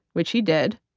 which he did,